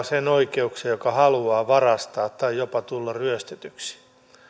sen oikeuksia joka haluaa varastaa tai jopa tulla ryöstetyksi